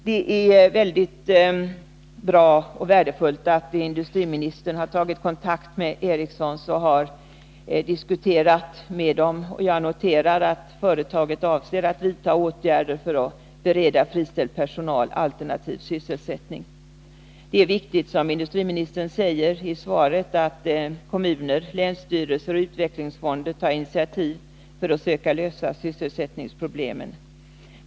Det är bra och värdefullt att industriministern har tagit kontakt med LM Ericsson och diskuterat med företaget. Jag noterar att företaget avser att vidta åtgärder för att bereda friställd personal alternativ sysselsättning. Det är, som industriministern säger i svaret, viktigt att kommuner, länsstyrelser och utvecklingsfonder tar initiativ för att försöka lösa sysselsättningsproblemen.